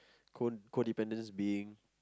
codependents being